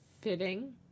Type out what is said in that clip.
Fitting